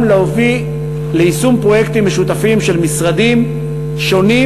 להביא ליישום פרויקטים משותפים של משרדים שונים.